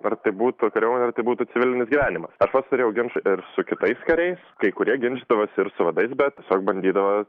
ar tai būtų kariuomenė ar tai būtų civilinis gyvenimas aš pats turėjau ginčą ir su kitais kariais kai kurie ginčydavosi ir su vadais bet tiesiog bandydavo